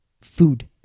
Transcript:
food